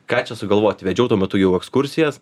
ką čia sugalvoti vedžiau tuo metu jau ekskursijas